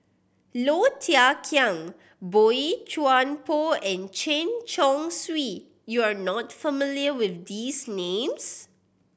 Low Thia Khiang Boey Chuan Poh and Chen Chong Swee you are not familiar with these names